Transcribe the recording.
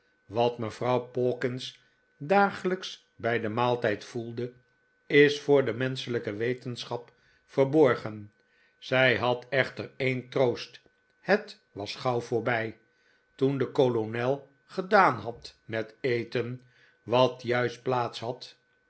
wat mevrouw pawkins dagelijks bij den maaltijd voelde is voor de menschelijke wetenschap verborgen zij had echter een troost het was gauw voorbij toen de kolonel gedaan had met eten wat juist plaats had